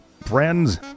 friends